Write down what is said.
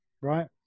Right